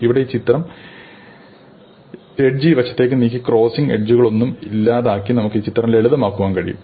ഇവിടെ ഈ എഡ്ജ് ഈ വശത്തേക്ക് നീക്കി ക്രോസിംഗ് എഡ്ജുകളൊന്നും ഇല്ലാതാക്കി നമുക്ക് ഈ ചിത്രം ലളിതമാക്കാൻ കഴിയും